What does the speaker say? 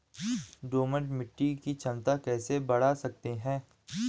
दोमट मिट्टी की क्षमता कैसे बड़ा सकते हैं?